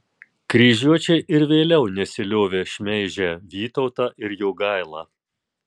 kryžiuočiai ir vėliau nesiliovė šmeižę vytautą ir jogailą